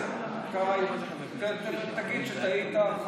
תגיד שטעית,